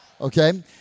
Okay